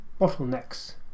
bottlenecks